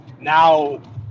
now